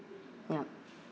yup